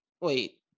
Wait